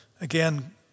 again